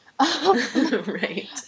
Right